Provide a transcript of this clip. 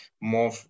more